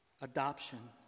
Adoption